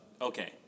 okay